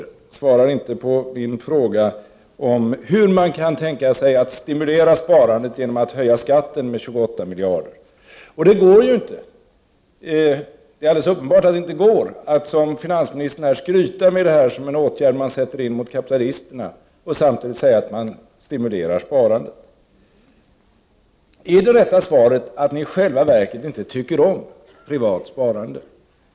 Hon svarade inte på min fråga om hur man kan tänka sig att sparandet skulle stimuleras genom en höjning av skatten med 28 miljarder kronor. Det är ju alldeles uppenbart att det inte går att som finansministern skryta med detta som en åtgärd som sätts in mot kapitalisterna samtidigt som man säger att sparandet stimuleras. Är det så att socialdemokraterna i själva verket inte tycker om privat sparande?